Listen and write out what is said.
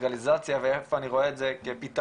הלגליזציה ואיפה אני רואה את זה כפתרון,